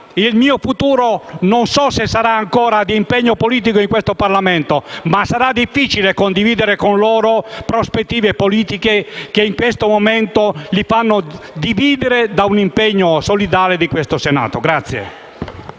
il mio futuro sarà ancora di impegno politico in questo Parlamento, ma sarà difficile condividere con loro prospettive politiche che in questo momento li fanno dividere da un impegno solidale di questo Senato.